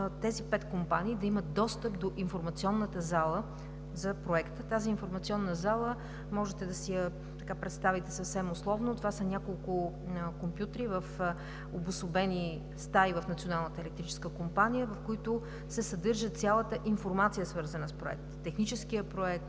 тези пет компании да имат достъп до Информационната зала за Проекта. Тази информационна зала можете да си я представите съвсем условно – това са няколко компютри в обособени стаи в Националната електрическа компания, в които се съдържа цялата информация, свързана с Проекта, техническият проект,